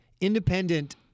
independent